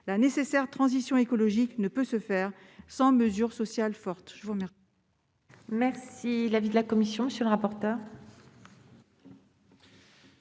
La nécessaire transition écologique ne peut se faire sans mesures sociales fortes.